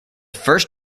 first